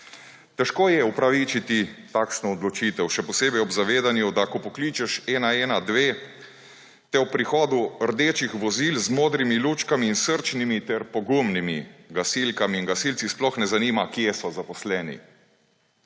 Težko je upravičiti takšno odločitev, še posebej ob zavedanju, da ko pokličeš 112, te ob prihodu rdečih vozil z modrimi lučkami in srčnimi ter pogumnimi gasilkami in gasilci sploh ne zanima, kje so zaposleni,